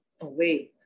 away